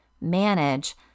manage